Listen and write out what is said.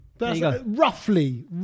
Roughly